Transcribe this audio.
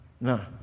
no